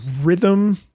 rhythm